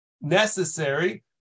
necessary